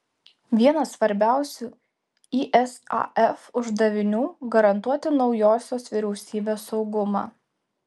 vienas svarbiausių isaf uždavinių garantuoti naujosios vyriausybės saugumą